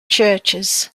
churches